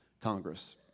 Congress